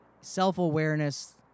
self-awareness